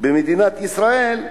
במדינת ישראל,